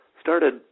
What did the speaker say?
started